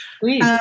Please